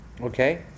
Okay